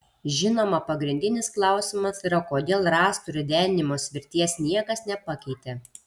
žinoma pagrindinis klausimas yra kodėl rąstų ridenimo svirties niekas nepakeitė